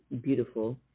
beautiful